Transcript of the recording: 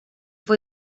fue